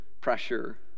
pressure